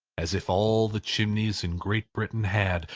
as if all the chimneys in great britain had,